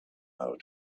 how